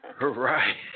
Right